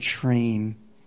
train